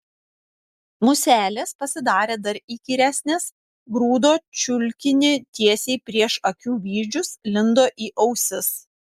muselės pasidarė dar įkyresnės grūdo čiulkinį tiesiai prieš akių vyzdžius lindo į ausis